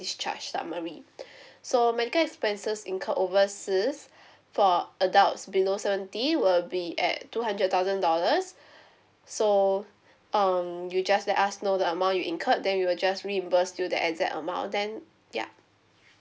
discharge summary so medical expenses incurred overseas for adults below seventy will be at two hundred thousand dollars so um you just let us know the amount you incurred then we will just reimburse you the exact amount then ya